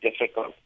difficult